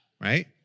Right